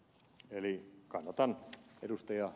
eli kannatan ed